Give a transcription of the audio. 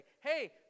Hey